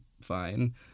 fine